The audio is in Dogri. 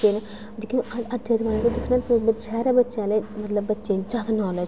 जेह्के न ओह् अज्जै दे जमाने दे शैह्रै बच्चे आह्ले मतलब बच्चें गी ज्यादा नालेज होंदा ऐ